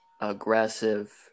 aggressive